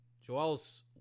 Joel's